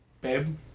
Babe